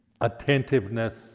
attentiveness